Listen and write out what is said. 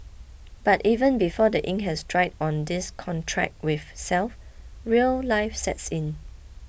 but even before the ink has dried on this contract with self real life sets in